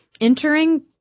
Entering